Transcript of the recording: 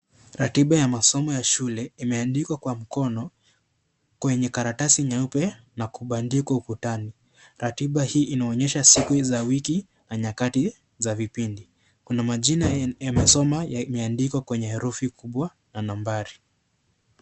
Ratiba ya masomo ya shule, imeandikwa kwa mkono kwenye karatasi nyeupe na kubandikwa ukutani. Ratiba hii inaonyesha siku za wiki na nyakati za vipindi. Kuna majina ya masomo yameandikwa kwenye herufi kubwa na nambari.